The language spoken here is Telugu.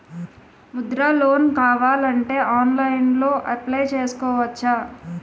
ముద్రా లోన్ కావాలి అంటే ఆన్లైన్లో అప్లయ్ చేసుకోవచ్చా?